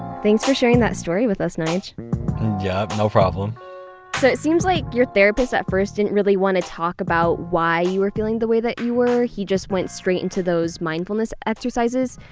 thanks for sharing that story with us, nyge yup, no problem so it seems like your therapist at first didn't really want to talk about why you were feeling the way that you were. he just went straight into those mindfulness exercises.